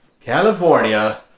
California